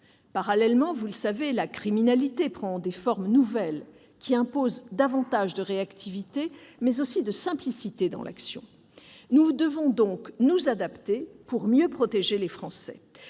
Parallèlement, la criminalité prend des formes nouvelles qui imposent davantage de réactivité et de simplicité dans l'action. Nous devons donc nous adapter pour mieux protéger les Français.